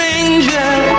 angel